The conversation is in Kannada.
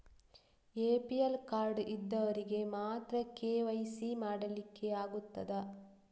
ಎ.ಪಿ.ಎಲ್ ಕಾರ್ಡ್ ಇದ್ದವರಿಗೆ ಮಾತ್ರ ಕೆ.ವೈ.ಸಿ ಮಾಡಲಿಕ್ಕೆ ಆಗುತ್ತದಾ?